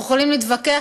אנחנו יכולים להתווכח,